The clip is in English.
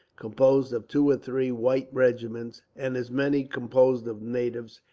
composed of two or three white regiments and as many composed of natives,